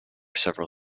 several